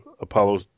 Apollo